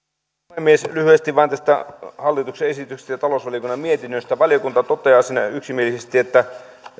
puhemies lyhyesti vain tästä hallituksen esityksestä ja talousvaliokunnan mietinnöstä valiokunta toteaa siinä yksimielisesti että